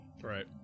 Right